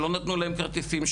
שלא נתנו להם כרטיסים,